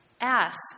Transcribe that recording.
Ask